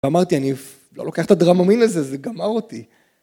ואמרתי, אני לא לוקח את הדרממין הזה, זה גמר אותי.